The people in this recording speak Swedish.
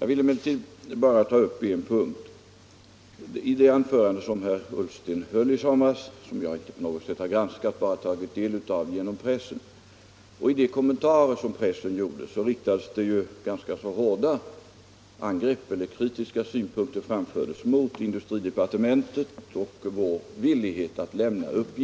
Jag vill emellertid ta upp bara en punkt i detta sammanhang. I det anförande herr Ullsten höll i somras — som jag inte på något sätt har granskat utan bara tagit del av genom pressen — och i de kommentarer som pressen gjorde anfördes ganska kritiska synpunkter mot industridepartementet och vår villighet att lämna uppgifter.